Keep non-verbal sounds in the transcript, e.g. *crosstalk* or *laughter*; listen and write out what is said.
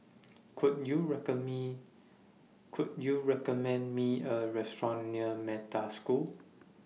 Could YOU *unintelligible* Me Could YOU recommend Me A Restaurant near Metta School